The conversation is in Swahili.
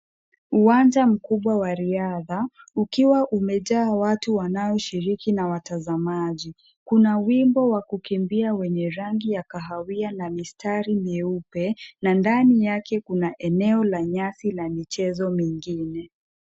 Uwanja mkubwa wa riadha, ukiwa umejaa watu wanaoshiriki na watazamaji. Kuna wimbo wa kukimbia wenye rangi ya kahawia, na mistari meupe, na ndani yake kuna eneo la nyasi la michezo mengine.